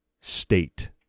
state